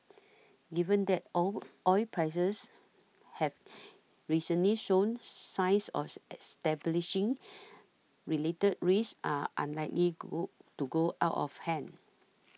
given that oil prices have recently showed signs of establishing related risks are unlikely go to go out of hand